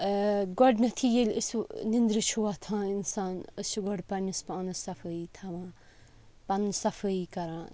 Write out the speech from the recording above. گۄڈٕنٮ۪تھٕے ییٚلہِ أسۍ نِنٛدرٕ چھِ وۄتھان اِنسان أسۍ چھِ گۄڈٕ پَننِس پانَس صفٲیی تھاوان پَنُن صفٲیی کَران